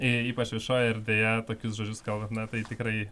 ypač viešoje erdvėje tokius žodžius kalbame na tai tikrai